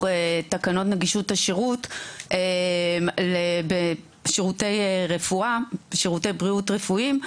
תקנות נגישות השירות בשירותי בריאות רפואיים,